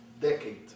decade